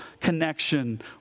connection